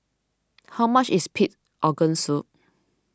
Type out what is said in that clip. how much is Pig Organ Soup